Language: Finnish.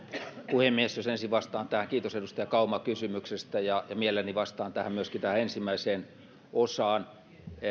puhemies jos ensin vastaan tähän kiitos edustaja kauma kysymyksestä ja mielelläni vastaan myöskin tähän ensimmäiseen osaan